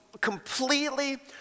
completely